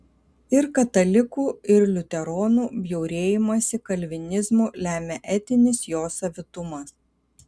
ir katalikų ir liuteronų bjaurėjimąsi kalvinizmu lemia etinis jo savitumas